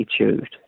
attitude